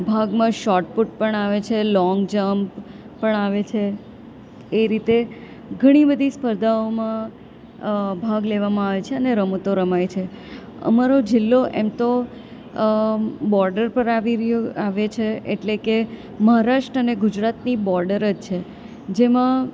ભાગમાં શૉટપુટ પણ આવે છે લોંગ જંપ પણ આવે છે એ રીતે ઘણી બધી સ્પર્ધાઓમાં ભાગ લેવામાં આવે છે અને રમતો રમાય છે અમારો જિલ્લો એમ તો બોર્ડર પર આવી રહ્યો આવે છે એટલે કે મહારાષ્ટ્ર અને ગુજરાતની બોડર જ છે જેમાં